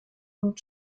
und